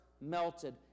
melted